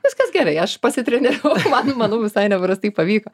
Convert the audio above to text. viskas gerai aš pasitreniravau man manau visai neprastai pavyko